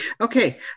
Okay